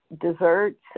desserts